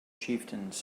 chieftains